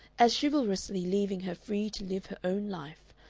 as chivalrously leaving her free to live her own life,